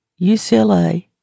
UCLA